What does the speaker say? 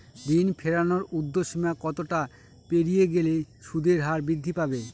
ঋণ ফেরানোর উর্ধ্বসীমা কতটা পেরিয়ে গেলে সুদের হার বৃদ্ধি পাবে?